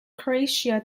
croatia